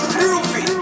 groovy